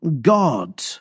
God